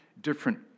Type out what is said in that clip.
different